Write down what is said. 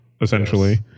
essentially